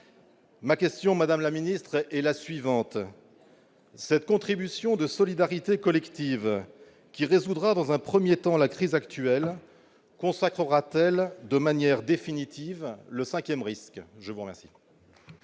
la ministre, ma question est la suivante : cette contribution de solidarité collective, qui résoudra dans un premier temps la crise actuelle, consacrera-t-elle de manière définitive le cinquième risque ? La parole